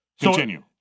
Continue